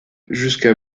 jusqu’à